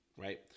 right